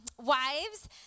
wives